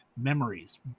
Memories